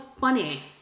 funny